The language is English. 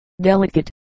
delicate